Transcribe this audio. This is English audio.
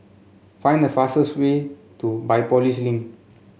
find the fastest way to Biopolis Link